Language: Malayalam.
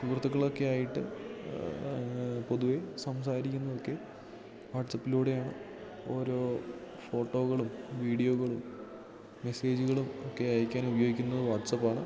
സുഹൃത്തുക്കളൊക്കെയായിട്ട് പൊതുവെ സംസാരിക്കുന്നതൊക്കെ വാട്സപ്പിലൂടെയാണ് ഓരോ ഫോട്ടോകളും വീഡിയോകളും മെസ്സേജുകളും ഒക്കെ അയക്കാൻ ഉപയോഗിക്കുന്നത് വാട്സപ്പാണ്